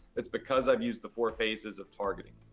it's because i've used the four phases of targeting.